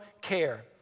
care